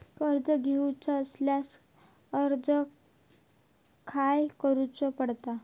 कर्ज घेऊचा असल्यास अर्ज खाय करूचो पडता?